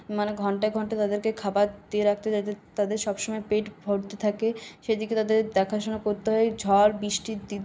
মানে ঘন্টায় ঘন্টায় তাদেরকে খাবার দিয়ে রাখতে হয় যাতে তাদের সবসময় পেট ভর্তি থাকে সেদিকে তাদের দেখাশোনা করতে হয় ঝড় বৃষ্টির দি